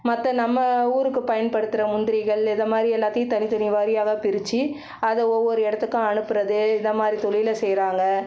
மற்ற நம்ம ஊருக்கு பயன்ப்படுத்துகிற முந்திரிகள் இதை மாதிரி எல்லாத்தையும் தனித்தனி வாரியாக பிரிச்சு அதை ஒவ்வொரு இடத்துக்கும் அனுப்புகிறது இதமாதிரி தொழிலை செய்கிறாங்க